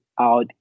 out